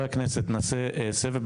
נעשה סבב חברי כנסת.